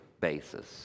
basis